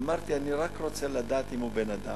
אמרתי: אני רק רוצה לדעת אם הוא בן-אדם,